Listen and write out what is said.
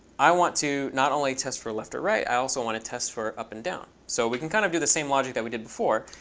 i want to not only test for left or right. i also want to test for up and down. so we can kind of do the same logic that we did before,